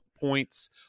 points